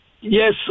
yes